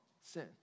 sin